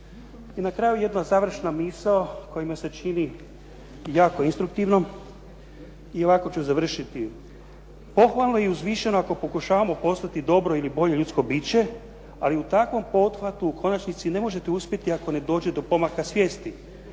I na kraju jedna završna misao koja mi se čini jako instruktivnom i ovako ću završiti. Pohvalno i uzvišeno ako pokušavamo postati dobro ili bolje ljudsko biće, ali u takvom pothvatu u konačnici ne možete uspjeti ako ne dođe do pomaka svijesti